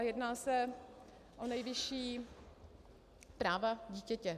Jedná se o nejvyšší práva dítěte.